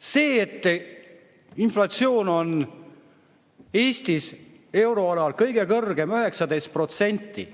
See, et inflatsioon on Eestis euroala kõige kõrgem, 19%,